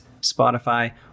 Spotify